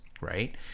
right